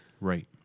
Right